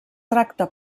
tracta